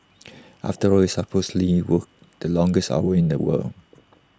after all we supposedly work the longest hours in the world